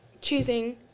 choosing